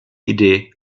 idee